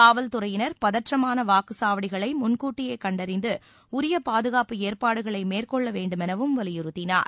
காவல்துறையினர் பதற்றமான வாக்குச்சாவடிகளை முன்கூட்டியே கண்டறிந்து உரிய பாதுகாப்பு ஏற்பாடுகளை மேற்கொள்ள வேண்டுமெனவும் வலிபுறுத்தினார்